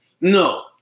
No